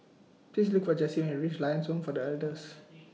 Please Look For Jesse when YOU REACH Lions Home For The Elders